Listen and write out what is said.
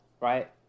right